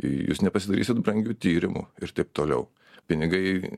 jūs nepasidarysit brangių tyrimų ir taip toliau pinigai